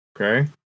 okay